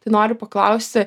tai noriu paklausti